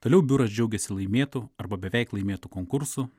toliau biuras džiaugiasi laimėtu arba beveik laimėtu konkursu